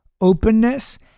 openness